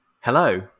hello